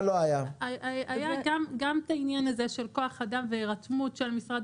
היה גם העניין של כוח אדם והירתמות של משרד